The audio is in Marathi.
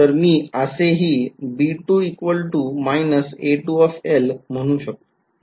तर मी असेही म्हणू शकतो